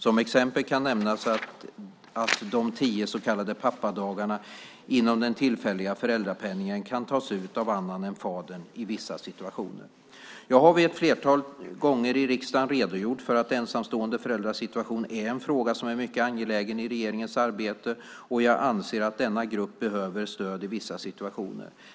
Som exempel kan nämnas att de tio så kallade pappadagarna inom den tillfälliga föräldrapenningen kan tas ut av annan än fadern i vissa situationer. Jag har ett flertal gånger i riksdagen redogjort för att ensamstående föräldrars situation är en fråga som är mycket angelägen i regeringens arbete, och jag anser att denna grupp behöver stöd i vissa situationer.